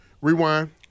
Rewind